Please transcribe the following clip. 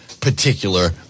particular